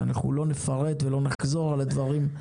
ואנחנו לא נפרט ולא נחזור על הדברים.